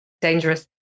dangerous